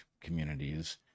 communities